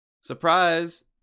Surprise